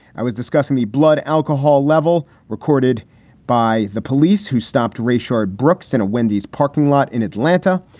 i was discussing the blood alcohol level recorded by the police who stopped rashad brooks in a wendy's parking lot in atlanta.